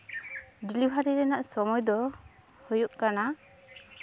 delivery ᱨᱮᱱᱟᱜ ᱥᱚᱢᱚᱭ ᱫᱚ ᱦᱩᱭᱩᱜ ᱠᱟᱱᱟ